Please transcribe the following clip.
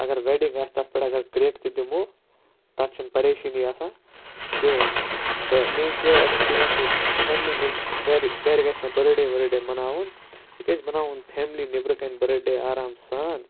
اگر ویٚڈِنٛگ آسہِ تَتھ پٮ۪ٹھ اَگَر کریٚکہٕ تہٕ دِمو تَتھ چھَنہٕ پریشٲنی آسان کہیٖنۍ تہٕ میٲنۍ چھِ یِہے ایٚکٕسپیٖریَنٕس فیملی گَرِ گرِ گَژھہِ نہٕ بٔرتھ ڈے ؤرتھ ڈے مَناوُن یہِ گَژھِ مَناوُن فیملی نٮ۪برٕ کَنۍ بٔرتھ ڈے آرام سان